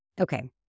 Okay